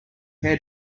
hair